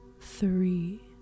Three